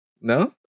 No